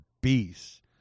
beast